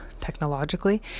technologically